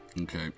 Okay